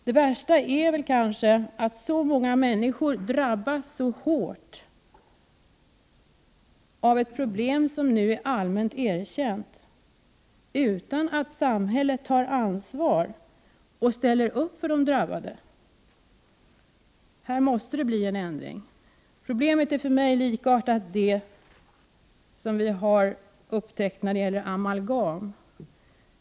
Det värsta är kanske att så många människor drabbas hårt av ett problem, som nu är allmänt erkänt, utan att samhället tar ansvar och ställer upp för de drabbade. Här måste det bli en ändring. Problemet är, som jag ser det, likartat det som vi har upptäckt i fråga om amalgam.